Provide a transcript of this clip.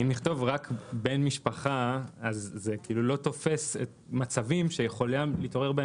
(ב) לא ימונה ולא יכהן כחבר מועצת הניקוז מי שבשל כהונתו יימצא,